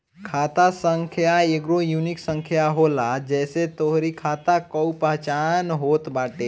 खाता संख्या एगो यूनिक संख्या होला जेसे तोहरी खाता कअ पहचान होत बाटे